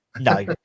no